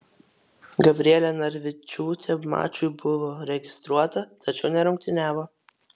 gabrielė narvičiūtė mačui buvo registruota tačiau nerungtyniavo